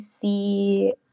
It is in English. see